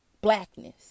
blackness